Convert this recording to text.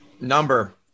Number